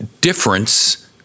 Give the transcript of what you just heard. difference